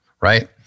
right